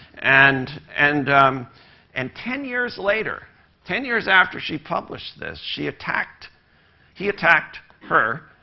and and and ten years later ten years after she published this, she attacked he attacked her